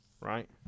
right